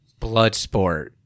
Bloodsport